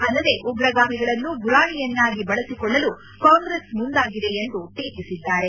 ಅಲ್ಲದೆ ಉಗ್ರಗಾಮಿಗಳನ್ನು ಗುರಾಣಿಯನ್ನಾಗಿ ಬಳಸಿಕೊಳ್ಳಲು ಕಾಂಗ್ರೆಸ್ ಮುಂದಾಗಿದೆ ಎಂದು ಟೀಕಿಸಿದ್ದಾರೆ